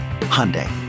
Hyundai